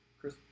Chris